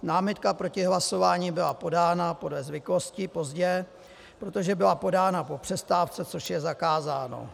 Námitka proti hlasování byla podána podle zvyklostí pozdě, protože byla podána po přestávce, což už je zakázáno.